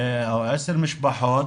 עשר משפחות